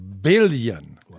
billion